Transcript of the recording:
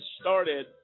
started